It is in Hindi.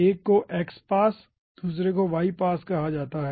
1 को x पास दूसरे को y पास कहा जाता है